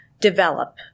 develop